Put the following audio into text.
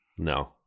No